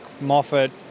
Moffat